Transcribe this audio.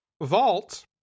vault